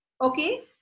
Okay